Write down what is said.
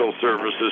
Services